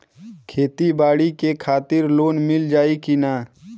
खेती बाडी के खातिर लोन मिल जाई किना?